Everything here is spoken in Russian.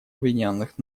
объединенных